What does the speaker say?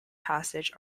passage